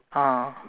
ah